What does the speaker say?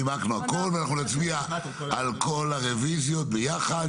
נימקנו הכול, ואנחנו נצביע על כל הרביזיות ביחד.